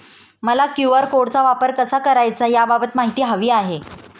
मला क्यू.आर कोडचा वापर कसा करायचा याबाबत माहिती हवी आहे